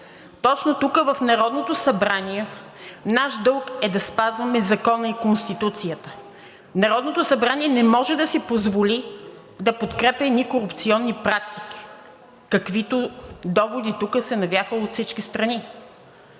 Точно тук, в Народното събрание, наш дълг е да спазваме Закона и Конституцията. Народното събрание не може да си позволи да подкрепя едни корупционни практики, каквито доводи тук се навяха от всички страни.